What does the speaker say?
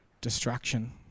destruction